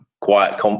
quiet